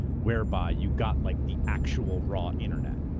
whereby you got like the actual raw internet,